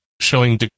showing